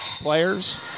players